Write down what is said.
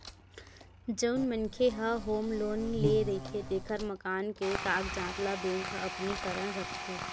जउन मनखे ह होम लोन ले रहिथे तेखर मकान के कागजात ल बेंक ह अपने करन राखथे